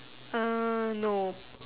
uh no